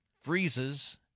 freezes